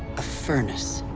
a furnace.